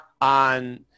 on